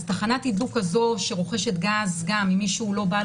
אז תחנת תדלוק כזו שרוכשת גז גם ממי שהוא לא בעל